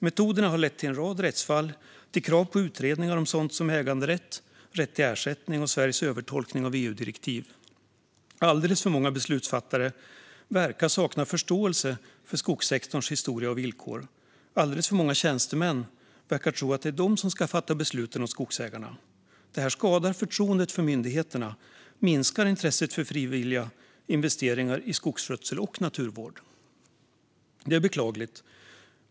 Metoderna har lett till en rad rättsfall och till krav på utredningar om sådant som äganderätt, rätt till ersättning och Sveriges övertolkning av EU-direktiv. Alldeles för många beslutsfattare verkar sakna förståelse för skogssektorns historia och villkor. Alldeles för många tjänstemän verkar tro att det är de som ska fatta besluten åt skogsägarna. Det här skadar förtroendet för myndigheterna och minskar intresset för frivilliga investeringar i skogsskötsel och naturvård. Det är beklagligt.